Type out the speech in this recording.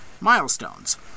Milestones